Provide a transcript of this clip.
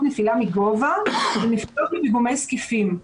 נפילה מגובה לנפילות מפיגומי זקיפים.